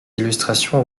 illustrations